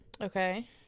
Okay